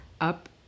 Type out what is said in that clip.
up